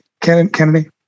Kennedy